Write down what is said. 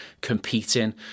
competing